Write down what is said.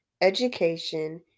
education